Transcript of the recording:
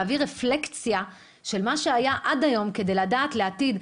להביא רפלקציה של מה שהיה עד היום כדי לדעת לעתיד.